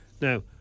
Now